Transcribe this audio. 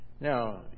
Now